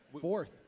Fourth